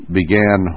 began